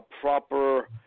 proper